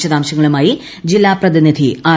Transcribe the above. വിശദാംശങ്ങളുമായി ജില്ലാ പ്രതിനിധി ആർ